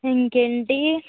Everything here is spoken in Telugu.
ఇంకేంటి